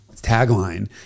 tagline